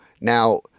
Now